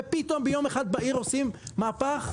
ופתאום ביום אחד בהיר עושים מהפך?